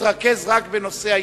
להתרכז רק בנושא ההתנגדות.